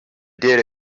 did